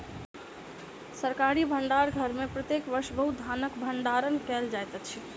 सरकारी भण्डार घर में प्रत्येक वर्ष बहुत धानक भण्डारण कयल जाइत अछि